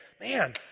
man